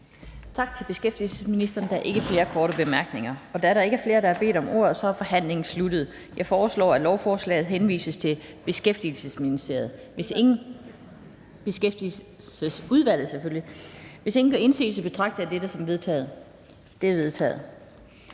Tak til skatteministeren. Der er ikke flere korte bemærkninger. Da der ikke er flere, der bedt om ordet, er forhandlingen sluttet. Jeg foreslår, at lovforslaget henvises til Skatteudvalget. Hvis ingen gør indsigelse, betragter jeg dette som vedtaget. Det er vedtaget.